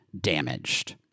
damaged